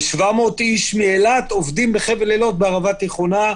ו-700 איש מאילת עובדים בחבל אילות בערבה תיכונה.